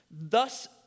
thus